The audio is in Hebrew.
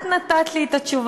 את נתת לי את התשובה.